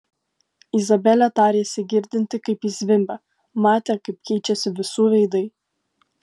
izabelė tarėsi girdinti kaip ji zvimbia matė kaip keičiasi visų veidai